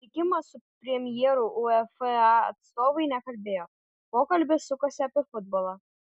daugiau apie susitikimą su premjeru uefa atstovai nekalbėjo pokalbis sukosi apie futbolą